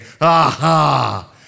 Aha